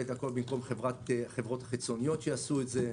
את הכול במקום חברות חיצוניות שעשו את זה.